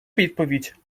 відповідь